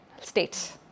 states